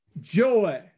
joy